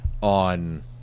on